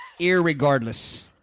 Irregardless